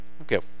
okay